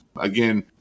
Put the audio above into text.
Again